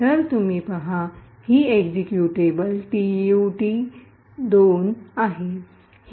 तर तुम्ही पहा ही एक्झिक्युटेबल tut2 आहे